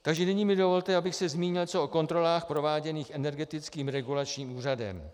Takže nyní mi dovolte, abych se zmínil něco o kontrolách prováděných Energetickým regulačním úřadem.